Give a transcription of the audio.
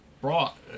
brought